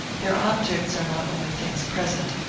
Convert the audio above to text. their objects are not only things present,